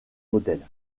modèles